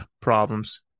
problems